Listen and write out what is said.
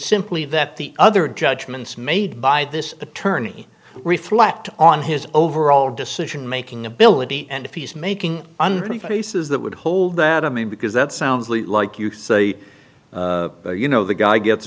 simply that the other judgments made by this attorney reflect on his overall decision making ability and if he's making untrue faces that would hold that i mean because that sounds like you say you know the guy gets